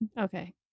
Okay